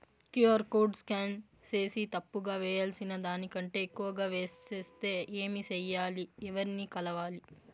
QR code scan సేసి తప్పు గా వేయాల్సిన దానికంటే ఎక్కువగా వేసెస్తే ఏమి సెయ్యాలి? ఎవర్ని కలవాలి?